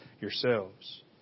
yourselves